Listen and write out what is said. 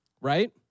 right